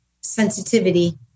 sensitivity